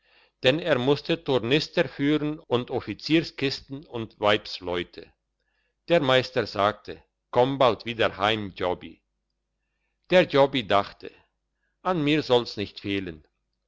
denn er musste tornister führen und offizierskisten und weibsleute der meister sagte komm bald wieder heim jobbi der jobbi dachte an mir soll's nicht fehlen